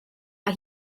mae